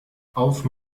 auf